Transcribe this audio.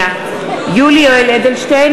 (קוראת בשמות חברי הכנסת) יולי יואל אדלשטיין,